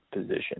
position